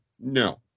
No